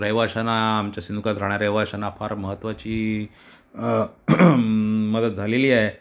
रहिवाशांना आमच्या सिंधुदुर्गात राहणाऱ्या रहिवाशाना फार महत्वाची मदत झालेली आहे